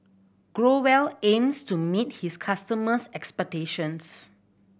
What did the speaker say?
Growell aims to meet his customers' expectations